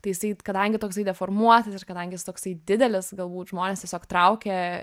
tai jisai kadangi toksai deformuotas ir kadangi jis toksai didelis galbūt žmones tiesiog traukė